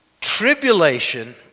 tribulation